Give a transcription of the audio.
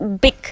Big